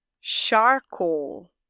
charcoal